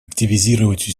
активизировать